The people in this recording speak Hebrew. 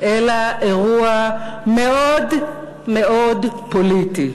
אלא אירוע מאוד מאוד פוליטי.